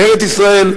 ארץ-ישראל,